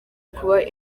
kuba